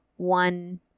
one